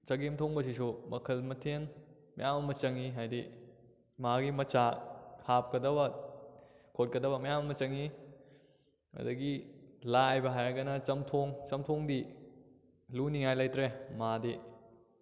ꯆꯒꯦꯝ ꯊꯣꯡꯕꯁꯤꯁꯨ ꯃꯈꯜ ꯃꯊꯦꯜ ꯃꯌꯥꯝ ꯑꯃ ꯆꯪꯏ ꯍꯥꯏꯗꯤ ꯃꯥꯒꯤ ꯃꯆꯥꯛ ꯍꯥꯞꯀꯗꯕ ꯈꯣꯠꯀꯗꯕ ꯃꯌꯥꯝ ꯑꯃ ꯆꯪꯏ ꯑꯗꯒꯤ ꯂꯥꯏꯕ ꯍꯥꯏꯔꯒꯅ ꯆꯝꯊꯣꯡ ꯆꯝꯊꯣꯡꯗꯤ ꯂꯨꯅꯤꯡꯉꯥꯏ ꯂꯩꯇ꯭ꯔꯦ ꯃꯥꯗꯤ